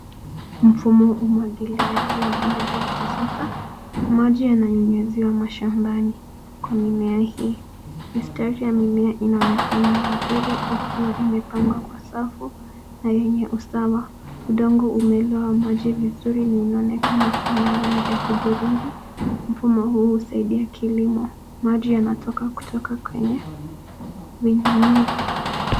Mfumo umwagiliaji wa maji ya kisasa. Maji yananyunyiziwa mashambani kwa mimea hii. Mistari ya mimea inaonekana vizuri ikiwa imepangwa kwa safu na yenye usawa. Udongo umelowa maji vizuri na inaonekana kuwa na rangi ya hudhurungi. Mfumo huu husaidia kilimo. Maji yanatoka kutoka kwenye vinyunyizi.